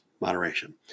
Moderation